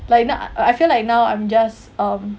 like now I I feel like now I'm just um